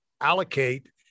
allocate